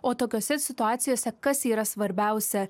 o tokiose situacijose kas yra svarbiausia